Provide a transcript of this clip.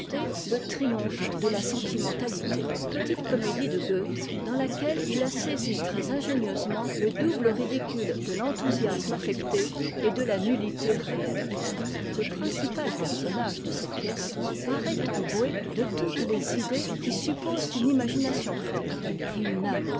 le ywoktpae e sentimentalité petite comédie de goethe dans laquelle il a saisi très ingénieusement le double ridicule de t'enthousiasme affecté et de la nullité réelle le principal personnage de cette pièce paraît engoué de toutes les idées qui supposent une imagination forte et une âme